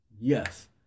Yes